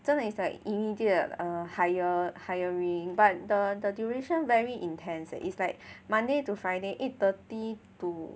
真的 is like immediate err hire hiring but the the duration very intense leh it's like Monday to Friday eight thirty to